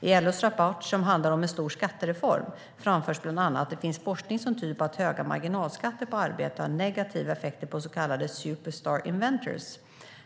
I LO:s rapport, som handlar om en stor skattereform, framförs bland annat att det finns forskning som tyder på att höga marginalskatter på arbete har negativa effekter på så kallade superstar inventors.